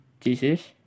jesus